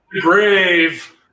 brave